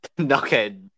Okay